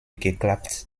geklappt